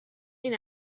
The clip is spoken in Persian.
این